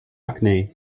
acne